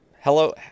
Hello